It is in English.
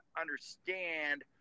understand